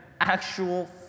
actual